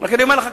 אני אומר לך,